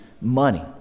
money